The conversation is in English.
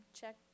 check